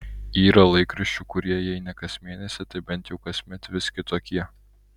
yra laikraščių kurie jei ne kas mėnesį tai bent jau kasmet vis kitokie